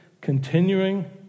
continuing